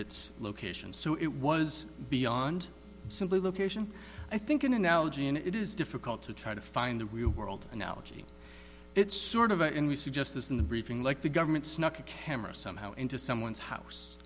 with its location so it was beyond simply location i think an analogy and it is difficult to try to find the real world analogy it's sort of in we see justice in the briefing like the government snuck a camera somehow into someone's house